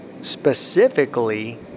specifically